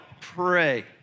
pray